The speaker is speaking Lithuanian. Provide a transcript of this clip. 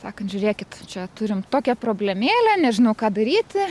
sakant žiūrėkit čia turim tokią problemėlę nežinau ką daryti